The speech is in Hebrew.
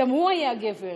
גם הוא היה גבר.